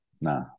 nah